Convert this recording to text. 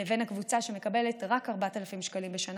לבין הקבוצה שמקבלת רק 4,000 שקלים בשנה,